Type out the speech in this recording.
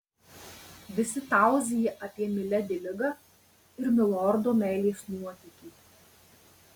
visi tauzija apie miledi ligą ir milordo meilės nuotykį